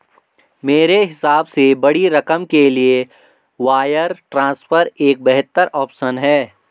मेरे हिसाब से बड़ी रकम के लिए वायर ट्रांसफर एक बेहतर ऑप्शन है